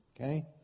okay